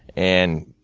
and,